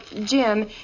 Jim